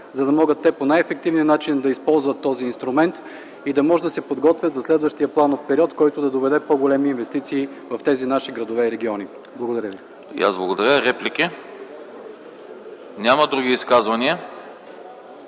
за да могат те по най-ефективния начин да използват този инструмент и да могат да се подготвят за следващия планов период, който да доведе по-големи инвестиции в тези наши градове и региони. Благодаря ви. ПРЕДСЕДАТЕЛ АНАСТАС АНАСТАСОВ: И аз благодаря. Реплики? Няма. Други изказвания?